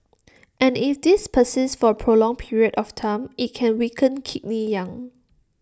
and if this persists for A prolonged period of time IT can weaken Kidney Yang